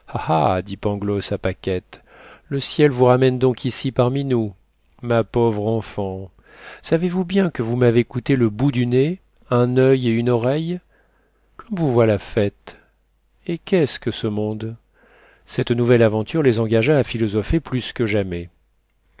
à paquette le ciel vous ramène donc ici parmi nous ma pauvre enfant savez-vous bien que vous m'avez coûté le bout du nez un oeil et une oreille comme vous voilà faite eh qu'est-ce que ce monde cette nouvelle aventure les engagea à philosopher plus que jamais